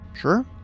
Sure